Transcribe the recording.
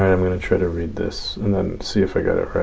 i'm going to try to read this. and then see if i got it right.